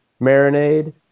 marinade